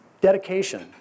dedication